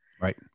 Right